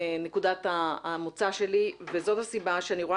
זאת נקודת המוצא שלי וזאת הסיבה שאני רואה